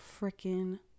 freaking